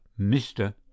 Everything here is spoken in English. Mr